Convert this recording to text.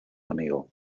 amigo